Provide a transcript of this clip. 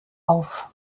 auf